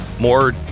more